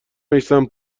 میثم